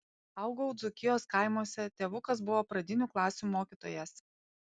augau dzūkijos kaimuose tėvukas buvo pradinių klasių mokytojas